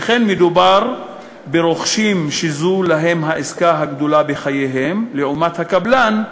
שכן מדובר ברוכשים שזו להם העסקה הגדולה בחייהם לעומת הקבלן,